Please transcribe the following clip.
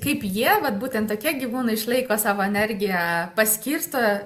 kaip jie vat būtent tokie gyvūnai išlaiko savo energiją paskirsto